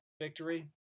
victory